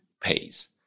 pays